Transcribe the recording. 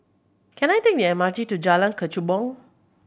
can I take the M R T to Jalan Kechubong